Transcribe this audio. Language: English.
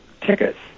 tickets